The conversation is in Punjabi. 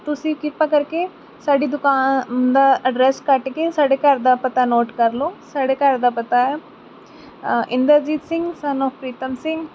ਤੁਸੀਂ ਕਿਰਪਾ ਕਰਕੇ ਸਾਡੀ ਦੁਕਾ ਦਾ ਐਡਰੈਸ ਕੱਟ ਕੇ ਸਾਡੇ ਘਰ ਦਾ ਪਤਾ ਨੋਟ ਕਰ ਲਓ ਸਾਡੇ ਘਰ ਦਾ ਪਤਾ ਹੈ ਇੰਦਰਜੀਤ ਸਿੰਘ ਸਨ ਆਫ ਪ੍ਰੀਤਮ ਸਿੰਘ